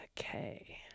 okay